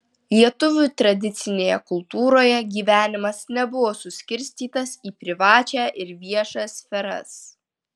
lietuvių tradicinėje kultūroje gyvenimas nebuvo suskirstytas į privačią ir viešą sferas